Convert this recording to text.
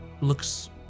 looks